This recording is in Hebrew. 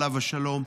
עליו השלום.